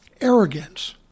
arrogance